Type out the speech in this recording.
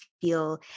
feel